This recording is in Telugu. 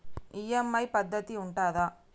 ఈ.ఎమ్.ఐ పద్ధతి ఉంటదా?